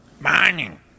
Mining